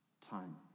time